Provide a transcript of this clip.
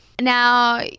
Now